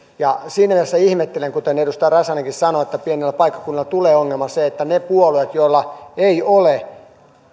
siinä mielessä ihmettelen kuten edustaja räsänenkin sanoi että pienillä paikkakunnilla tulee ongelmaksi se että ne puolueet joilla ei ole